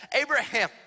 Abraham